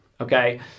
Okay